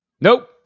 Nope